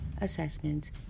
assessments